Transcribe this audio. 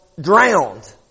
drowned